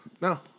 No